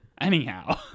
Anyhow